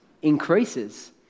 increases